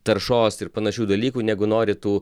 taršos ir panašių dalykų negu nori tų